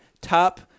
top